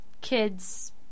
kids